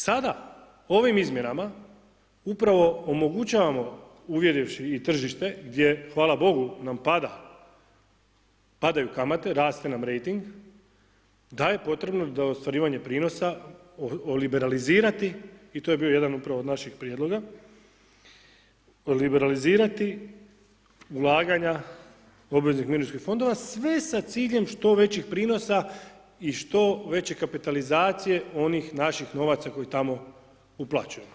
Sada ovim izmjenama upravo omogućavao uvjerivši i tržište, gdje hvala Bogu nam pada, padaju kamate, raste nam rejting, da je potrebno za ostvarivanje prinosa oliberalizirati i to je bio upravo jedan od naših prijedloga, liberalizirati ulaganja obveznih mirovinskih fondova, sve sa ciljem što većih prinosa i što većeg kapitalizacije onih naših novaca koji tamo uplaćuju.